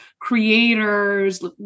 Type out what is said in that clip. creators